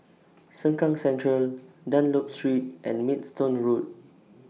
Sengkang Central Dunlop Street and Maidstone Road